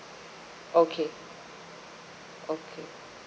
okay okay